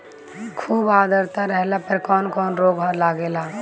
खुब आद्रता रहले पर कौन कौन रोग लागेला?